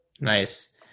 Nice